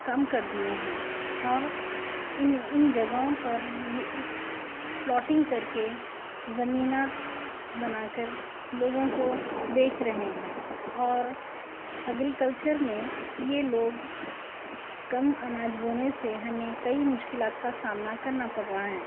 کم کر دیئے ہیں اور ان ان جگہوں پر یہ پلاٹنگ کر کے زمینات بنا کر لوگوں کو بیچ رہے ہیں اور اگریکلچر میں یہ لوگ کم اناج بونے سے ہمیں کئی مشکلات کا سامنا کرنا پڑ رہا ہے